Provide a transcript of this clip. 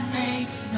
makes